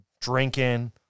drinking